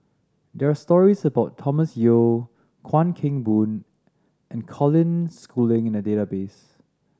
there are stories about Thomas Yeo Chuan Keng Boon and Colin Schooling in the database